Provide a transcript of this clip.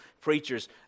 preachers